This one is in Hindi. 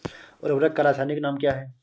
उर्वरक का रासायनिक नाम क्या है?